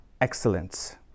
excellence